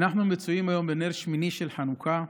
אנחנו מצויים היום בנר שמיני של חנוכה,